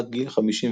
עד גיל 51,